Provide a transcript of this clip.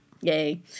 Yay